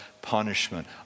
punishment